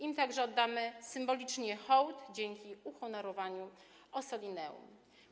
Im także oddamy symbolicznie hołd dzięki uhonorowaniu Ossolineum.